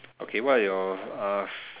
okay what are your uh